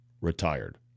retired